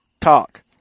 talk